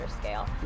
scale